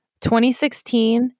2016